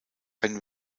ein